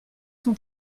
sont